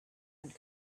and